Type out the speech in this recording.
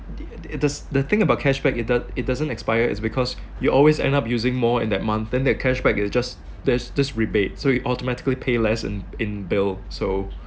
the the the thing about cashback it it doesn't expire is because you always end up using more in that month then the cashback is just just just rebate so you automatically pay less in in bill so